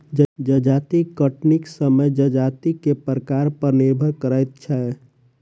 जजाति कटनीक समय जजाति के प्रकार पर निर्भर करैत छै